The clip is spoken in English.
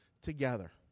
together